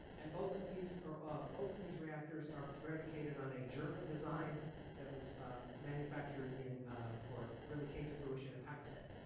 and both of these are um both of these reactors are predicated on a german design that was manufactured in or really came to fruition in pakistan.